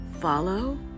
follow